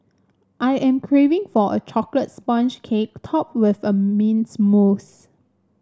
I am craving for a chocolate sponge cake topped with a mint mousse